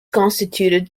constituted